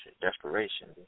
desperation